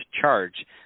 charge